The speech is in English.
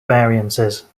variances